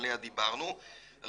שעליה דיברנו,